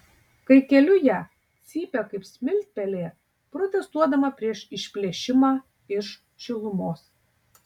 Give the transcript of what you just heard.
kai keliu ją cypia kaip smiltpelė protestuodama prieš išplėšimą iš šilumos